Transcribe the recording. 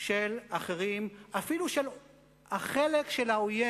של אחרים, ואפילו על החלק של האויב.